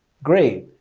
great.